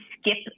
skip